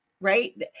right